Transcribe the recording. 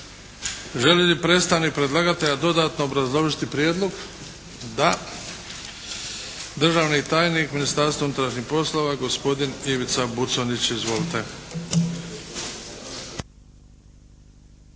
Želi li predstavnik predlagatelja dodatno obrazložiti prijedlog? Da. Državni tajnik Ministarstva unutrašnjih poslova gospodin Ivica Buconjić. Izvolite.